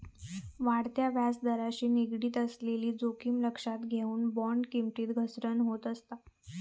वाढत्या व्याजदराशी निगडीत असलेली जोखीम लक्षात घेऊन, बॉण्ड किमतीत घसरण होत असता